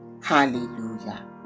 Hallelujah